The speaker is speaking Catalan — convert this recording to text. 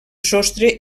sostre